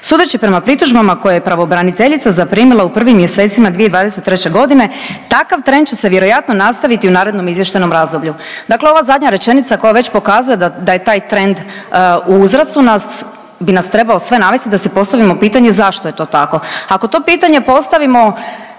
Sudeći prema pritužbama koje je pravobraniteljica zaprimila u prvim mjesecima 2023. godine takav trend će se vjerojatno nastaviti i u narednom izvještajnom razdoblju. Dakle, ova zadnja rečenica koja već pokazuje da je taj trend u uzrastu bi nas trebao sve navesti da si postavimo pitanje zašto je to tako. Ako to pitanje postavimo